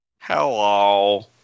Hello